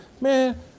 man